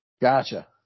Gotcha